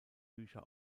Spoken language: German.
bücher